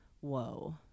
whoa